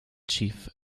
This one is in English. chief